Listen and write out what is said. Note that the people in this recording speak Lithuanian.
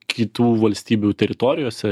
kitų valstybių teritorijose